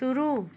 शुरू